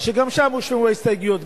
וגם שם הושמעו ההסתייגויות,